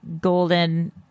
golden